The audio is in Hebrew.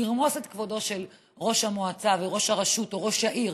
לרמוס את כבודו של ראש המועצה וראש הרשות או ראש העיר